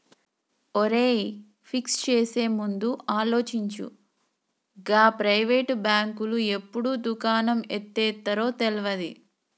ఒరేయ్, ఫిక్స్ చేసేముందు ఆలోచించు, గా ప్రైవేటు బాంకులు ఎప్పుడు దుకాణం ఎత్తేత్తరో తెల్వది